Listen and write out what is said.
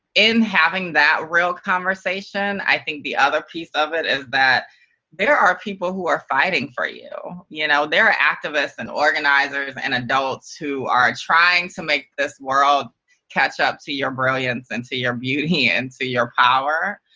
in having that real conversation, i think the other piece of it is that there are people who are fighting for you. you know there are activists and organizers and adults who are trying to make this world catch up to your brilliance and to your beauty and to your power.